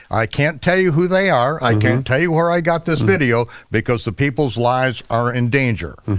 i can't tell you who they are. i can tell you where i got this video because the people's lives are in danger.